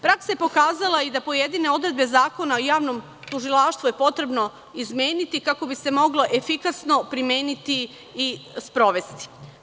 Praksa je pokazala i da pojedine odredbe Zakona o javnom tužilaštvu je potrebno izmeniti kako bi se mogle efikasno primeniti i sprovesti.